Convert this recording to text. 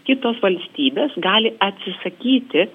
kitos valstybės gali atsisakyti